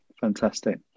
Fantastic